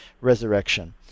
resurrection